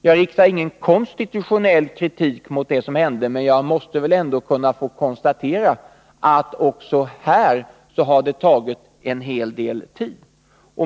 Jag riktar ingen konstitutionell kritik mot det som hände, men jag måste ändå kunna få notera att här har det tagit en hel del tid.